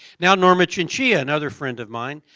now, norma chinchilla, another friend of mine.